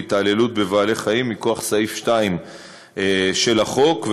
התעללות בבעלי-חיים מכוח סעיף 2 של החוק,